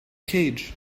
cage